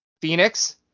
Phoenix